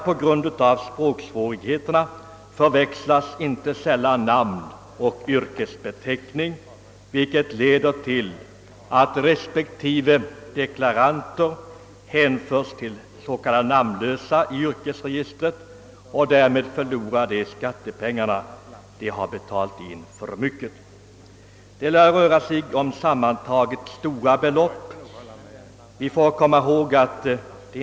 På grund av språksvårigheterna förväxlas inte sällan namn och yrkesbeteckning, vilket leder till att respektive deklarant hänföres till s.k. namnlösa i yrkesregistret, och därmed förlorar han de skattepengar han betalat in för mycket. Det lär röra sig om sammanlagt stora belopp.